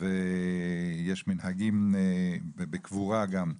ויש מנהגים בקבורה גם,